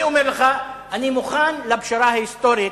אני אומר לך שאני מוכן לפשרה ההיסטורית